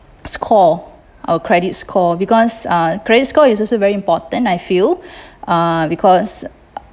score our credit score because uh credit score is also very important I feel uh because